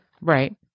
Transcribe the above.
Right